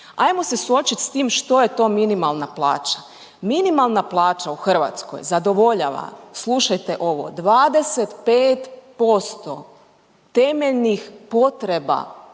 Ajmo se suočit s tim što je minimalna plaća. Minimalna plaća u Hrvatskoj zadovoljava, slušajte ovo, 25% temeljnih potreba